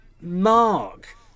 Mark